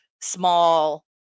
small